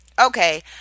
Okay